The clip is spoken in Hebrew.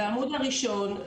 בעמוד הראשון,